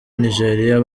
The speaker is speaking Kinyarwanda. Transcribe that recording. nigeriya